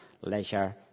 leisure